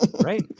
right